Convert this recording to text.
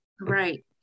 Right